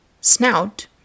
snout